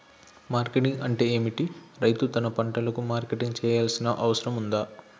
Marketing అంటే ఏమిటి? రైతు తన పంటలకు మార్కెటింగ్ చేయాల్సిన అవసరం ఉందా?